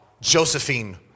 Josephine